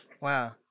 wow